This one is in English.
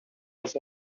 was